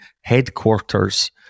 Headquarters